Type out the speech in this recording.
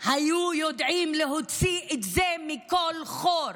היו יודעים להוציא את זה מכל חור,